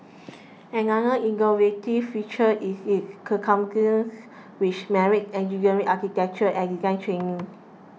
another innovative feature is its which marries engineering architecture and design training